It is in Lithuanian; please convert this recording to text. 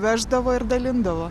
veždavo ir dalindavo